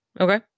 Okay